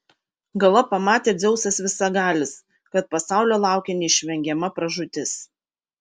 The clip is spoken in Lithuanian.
galop pamatė dzeusas visagalis kad pasaulio laukia neišvengiama pražūtis